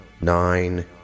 nine